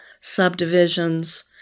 subdivisions